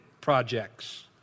projects